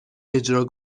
اجرا